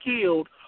killed